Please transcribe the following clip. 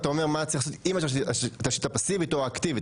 אתה אומר מה צריך לעשות עם התשתית הפסיבית או האקטיבית,